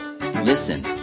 listen